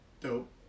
Dope